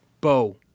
Bow